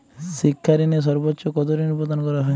শিক্ষা ঋণে সর্বোচ্চ কতো ঋণ প্রদান করা হয়?